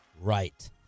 right